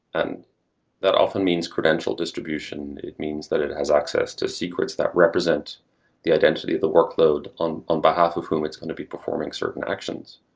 and that often means credential distribution. it means that it has access to secrets that represents the identity of the workload on on behalf of whom it's going to be performing certain actions.